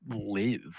Live